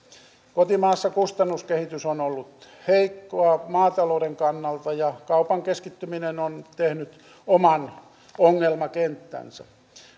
kotimaassa kustannuskehitys on ollut heikkoa maatalouden kannalta ja kaupan keskittyminen on tehnyt oman ongelmakenttänsä